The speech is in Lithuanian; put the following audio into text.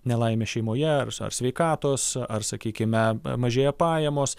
nelaimė šeimoje ar sveikatos ar sakykime mažėja pajamos